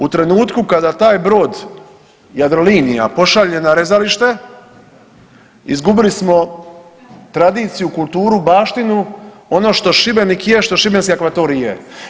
U trenutku kada taj brod Jadrolinija pošalje na rezalište, izgubili smo tradiciju, kulturu, baštinu, ono što Šibenik je što šibenski akvatorij je.